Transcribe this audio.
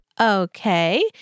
Okay